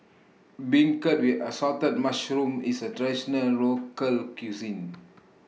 Beancurd with Assorted Mushrooms IS A Traditional Local Cuisine